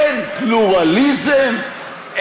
אין פלורליזם,